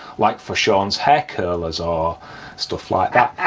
like for shaun's hair curlers or stuff like that.